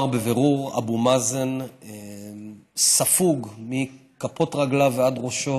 צריך לומר בבירור: אבו מאזן ספוג מכפות רגליו ועד ראשו